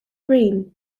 green